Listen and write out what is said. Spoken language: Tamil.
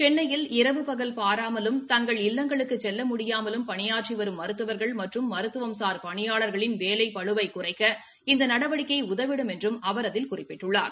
சென்னையில் இரவு பகல் பாராமலும் தங்கள் இல்லங்களுக்கு செல்ல முடியாமலும் பணியாற்றி வரும் மருத்துவர்கள் மற்றும் மருத்துவளர் பணியாளர்களின் வேலைப்பழுவை குறைக்க இந்த நடவடிக்கை உதவிடும் என்று அவர் அதில் குறிப்பிட்டுள்ளார்